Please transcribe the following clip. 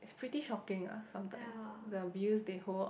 it's pretty shocking ah sometimes the view they hold